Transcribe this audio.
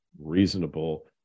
reasonable